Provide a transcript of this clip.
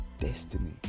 destiny